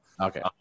Okay